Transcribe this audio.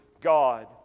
God